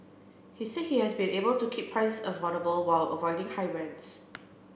he said he has been able to keep price affordable while avoiding high rents